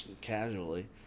casually